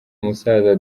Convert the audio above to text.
umusaza